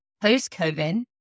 Post-COVID